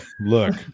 look